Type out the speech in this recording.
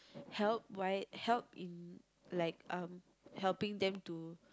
help why help in like um helping them to